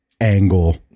angle